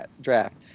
draft